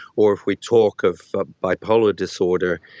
or if we talk of bipolar disorder,